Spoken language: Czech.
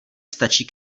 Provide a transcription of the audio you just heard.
stačí